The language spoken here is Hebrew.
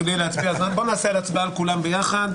נעשה הצבעה על כולם יחד.